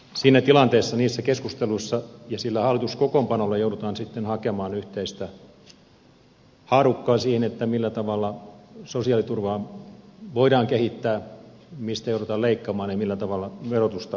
siinä tilanteessa niissä keskusteluissa ja sillä hallituskokoonpanolla joudutaan sitten hakemaan yhteistä haarukkaa siihen millä tavalla sosiaaliturvaa voidaan kehittää mistä joudutaan leikkaamaan ja millä tavalla verotusta rakennetaan